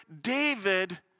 David